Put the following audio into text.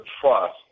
trust